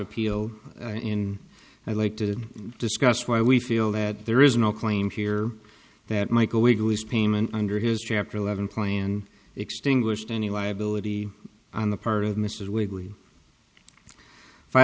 appeal in i'd like to discuss why we feel that there is no claim here that michael wade was payment under his chapter eleven plan extinguished any liability on the part of mr